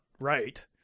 Right